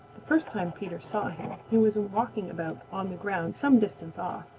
the first time peter saw him, he was walking about on the ground some distance off.